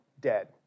dead